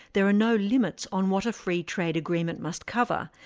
there are no limits on what a free trade agreement must cover,